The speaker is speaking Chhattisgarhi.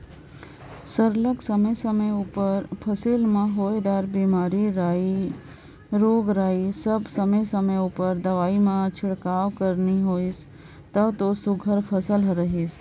सरलग समे समे उपर फसिल में होए दार रोग राई बर समे समे उपर दवई कर छिड़काव नी होइस तब दो सुग्घर फसिल हर गइस